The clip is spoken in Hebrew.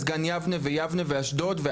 אז גן יבנה ויבנה ואשדוד.